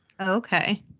Okay